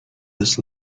this